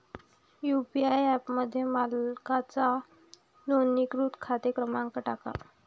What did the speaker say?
UPI ॲपमध्ये मालकाचा नोंदणीकृत खाते क्रमांक टाका